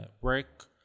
work